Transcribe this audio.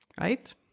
right